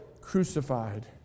crucified